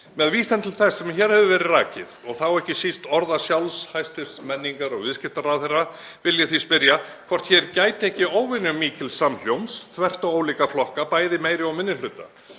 Með vísan til þess sem hér hefur verið rakið, og þá ekki síst orða sjálfs hæstv. menningar- og viðskiptaráðherra, vil ég því spyrja hvort hér gæti ekki óvenju mikils samhljóms þvert á ólíka flokka, bæði meiri og minni hluta.